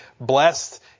blessed